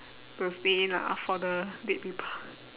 to stay in lah for the dead people